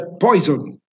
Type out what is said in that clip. poison